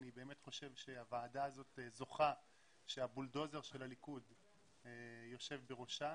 אני חושב שהוועדה הזאת זוכה שה"בולדוזר" של הליכוד יושב בראשה.